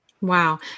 Wow